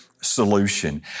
solution